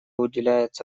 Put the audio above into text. уделяется